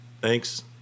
Thanks